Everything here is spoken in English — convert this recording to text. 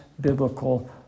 biblical